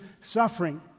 suffering